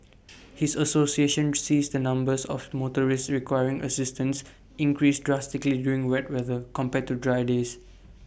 his association sees the numbers of motorists requiring assistance increase drastically during wet weather compared to dry days